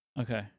okay